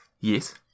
Yes